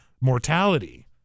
mortality